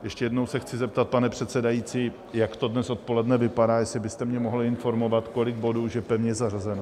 Ještě jednou se chci zeptat, pane předsedající, jak to dnes odpoledne vypadá, jestli byste mě mohl informovat, kolik bodů už je pevně zařazeno.